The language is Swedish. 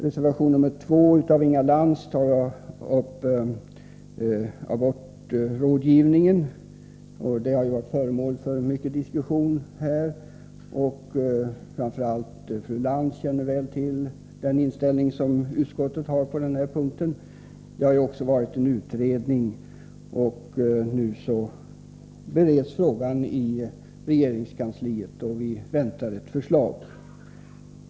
Reservation 2 av Inga Lantz tar upp abortrådgivningen. Den har varit föremål för mycket diskussion, och framför allt fru Lantz känner väl till utskottets inställning. En utredning har också arbetat. Nu bereds frågan i regeringskansliet, och vi väntar på ett förslag.